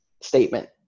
statement